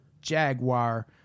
Jaguar